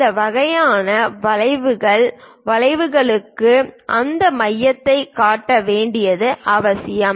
இந்த வகையான வளைவுகள் வளைவுகளுக்கு அந்த மையத்தையும் காட்ட வேண்டியது அவசியம்